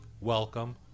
Welcome